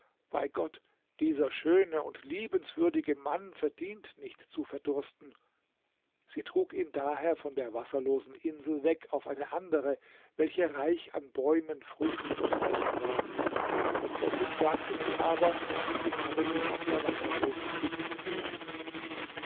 bei gott dieser schöne und liebenswürdige mann verdient nicht zu verdursten sie trug ihn daher von der wasserlosen insel weg auf eine andere welche reich an bäumen früchten und bächen war der prinzessin sagte sie aber sie habe ihn auf der wasserlosen insel gelassen